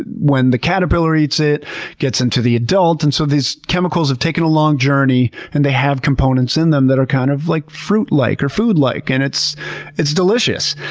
when the caterpillar eats it, it gets into the adult, and so these chemicals have taken a long journey, and they have components in them that are kind of like fruit-like or food-like and it's it's delicious.